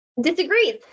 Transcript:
disagrees